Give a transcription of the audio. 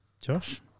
Josh